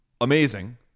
Amazing